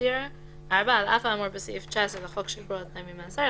האסיר 4. על אף האמור בסעיף 19 לחוק שחרור על-תנאי ממאסר,